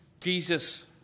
Jesus